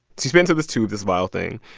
you spit into this tube, this vial thing,